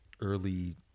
Early